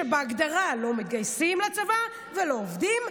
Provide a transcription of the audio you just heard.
שבהגדרה לא מתגייסים לצבא ולא עובדים,